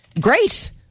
great